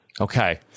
Okay